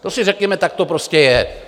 To si řekněme, tak to prostě je.